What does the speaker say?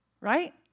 Right